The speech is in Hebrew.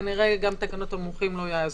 כנראה גם תקנות המומחים לא יעזרו.